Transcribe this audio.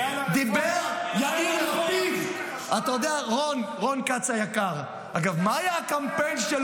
רון כץ (יש עתיד): מה עם הרפורמה בשוק